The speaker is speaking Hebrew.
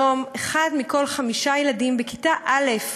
כיום אחד מכל חמישה ילדים בכיתה א'